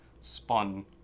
spun